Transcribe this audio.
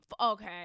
Okay